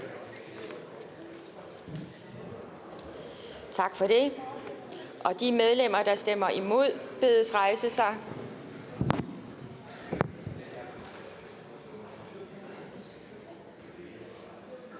Tak for det. Og de medlemmer, der stemmer imod, bedes rejse sig.